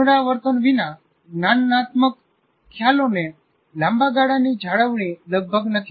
પુનરાવર્તનવિના જ્ઞાનાત્મક ખ્યાલોને લાંબા ગાળાની જાળવણી લગભગ નથી